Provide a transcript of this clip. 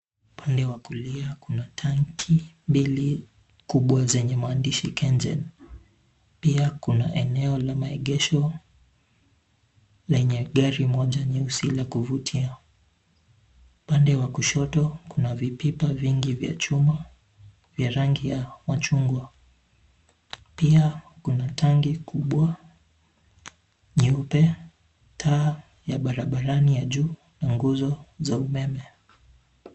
Upande wa kulia kuna tanki mbili kubwa zenye maandishi (cs) Kengen (cs). Pia kuna eneo la maegesho lenye gari moja nyeusi la kuvutia. Upande wa kushoto kuna vipipa vingi vya chuma vya rangi ya machungwa. Pia kuna tangi kubwa nyeupe, taa ya barabarani ya juu na nguzo za umeme.